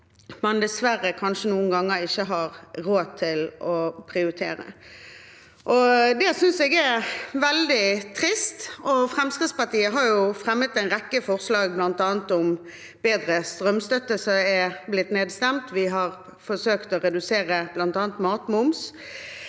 man dessverre noen ganger ikke har råd til å prioritere. Det synes jeg er veldig trist. Fremskrittspartiet har fremmet en rekke forslag, bl.a. om bedre strømstøtte, som er blitt nedstemt, og vi har forsøkt å redusere bl.a. matmomsen.